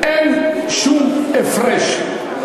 אין שום הפרש.